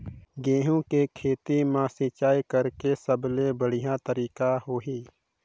गंहू के खेती मां सिंचाई करेके सबले बढ़िया तरीका होही?